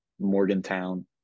Morgantown